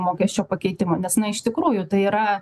mokesčio pakeitimo nes na iš tikrųjų tai yra